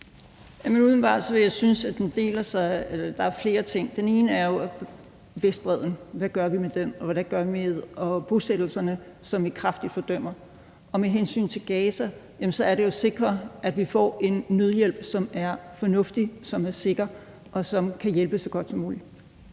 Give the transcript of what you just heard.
umiddelbart vil jeg synes, at der er flere ting. Det ene er jo Vestbredden, og hvad vi gør med den, og hvad vi gør med bosættelserne, som vi kraftigt fordømmer. Og med hensyn til Gaza er det jo at sikre, at vi får en nødhjælp, som er fornuftig, som er sikker, og som kan hjælpe så godt som muligt.